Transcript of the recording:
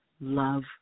love